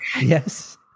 Yes